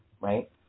right